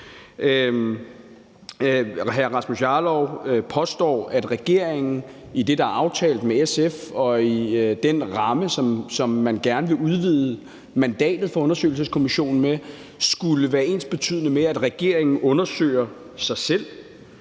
Hr. Rasmus Jarlov påstår, at det, der er aftalt med SF – og i den ramme, som man gerne vil udvide mandatet for undersøgelseskommissionen med – skulle være ensbetydende med, at regeringen er undtaget